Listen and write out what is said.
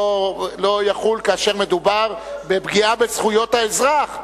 לא יחול כאשר מדובר בפגיעה בזכויות האזרח.